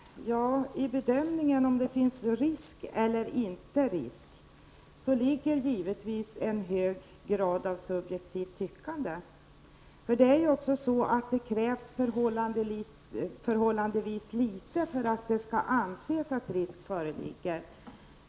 Herr talman! I bedömningen av om det finns risk eller inte ligger givetvis en hög grad av subjektivt tyckande, och det krävs förhållandevis litet för att det skall anses att risk föreligger.